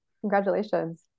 Congratulations